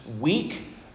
weak